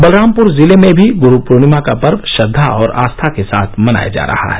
बलरामपुर जिले में भी गुरु पूर्णमा का पर्व श्रद्वा और आस्था के साथ मनाया जा रहा है